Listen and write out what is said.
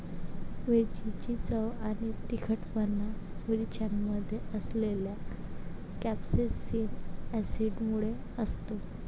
मिरचीची चव आणि तिखटपणा मिरच्यांमध्ये असलेल्या कॅप्सेसिन ऍसिडमुळे असतो